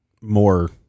more